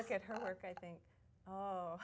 look at her work i think